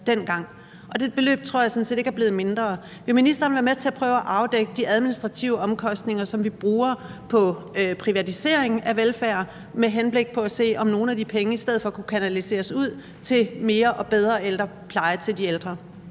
og det beløb tror jeg sådan set ikke er blevet mindre. Vil ministeren være med til at prøve at afdække de administrative omkostninger, som vi bruger på privatisering af velfærd, med henblik på at se, om nogle af de penge i stedet for kunne kanaliseres ud til mere og bedre pleje til de ældre?